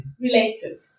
related